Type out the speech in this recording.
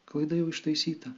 klaida jau ištaisyta